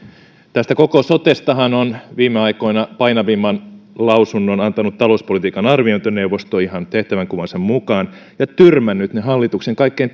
tästä koko sotestahan on viime aikoina painavimman lausunnon antanut talouspolitiikan arviointineuvosto ihan tehtävänkuvansa mukaan ja tyrmännyt ne hallituksen kaikkein